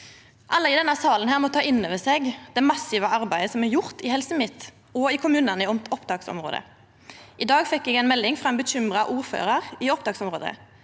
Alle i denne salen må ta inn over seg det massive arbeidet som er gjort i Helse Midt-Noreg og kommunane i opptaksområdet. I dag fekk eg ei melding frå ein bekymra ordførar i opptaksområdet.